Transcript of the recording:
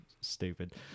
stupid